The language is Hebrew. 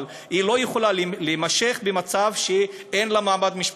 אבל היא לא יכולה להמשיך במצב שאין לה מעמד משפטי.